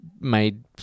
made